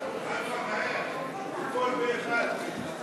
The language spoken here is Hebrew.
את הצעת חוק הממשלה (תיקון, שחרור